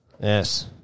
Yes